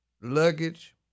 luggage